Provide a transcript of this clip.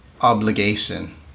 obligation